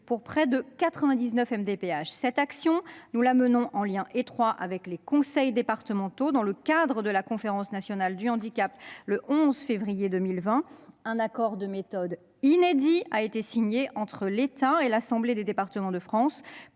pour près de 99 MDPH. Nous menons cette action en lien étroit avec les conseils départementaux dans le cadre de la Conférence nationale du handicap. Le 11 février 2020, un accord de méthode inédit a été signé entre l'État et l'Assemblée des départements de France